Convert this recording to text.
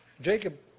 Jacob